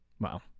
Wow